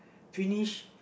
finish